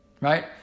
right